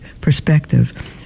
perspective